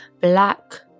black